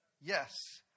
Yes